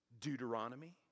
Deuteronomy